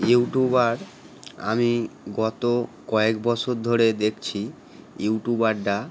YouTuber আমি গত কয়েক বছর ধরে দেখছি ইউটিউবাররা